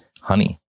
Honey